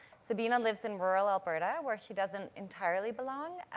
sabina lives in rural alberta where she doesn't entirely belong,